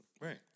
Right